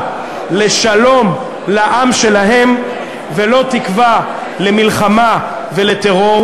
לשלום לעם שלהם ולא תקווה למלחמה ולטרור,